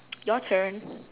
your turn